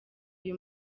uyu